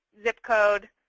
zip code,